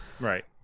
Right